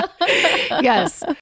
Yes